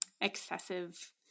excessive